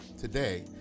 today